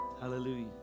Hallelujah